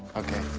okay.